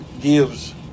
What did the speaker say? gives